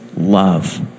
love